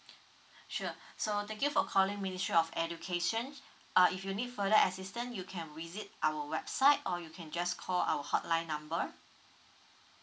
sure so thank you for calling ministry of education uh if you need further assistant you can visit our website or you can just call our hotline number